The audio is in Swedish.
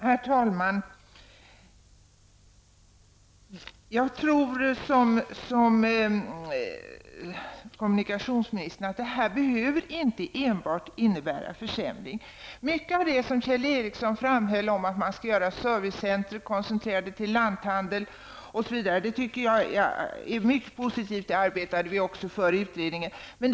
Herr talman! Jag håller med kommunikationsministern om att det här inte enbart behöver innebära en försämring. Mycket av det som Kjell Ericsson framhöll -- jag tänker då på det som han sade om att den här servicen kunde koncentreras exempelvis till en lanthandel -- är mycket positivt. Utredningen har också arbetat för en sådan utveckling.